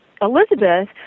Elizabeth